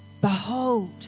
Behold